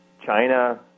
China